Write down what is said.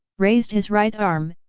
raised his right arm,